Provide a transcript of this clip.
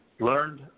learned